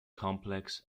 complex